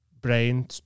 brain